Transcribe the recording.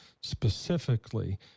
specifically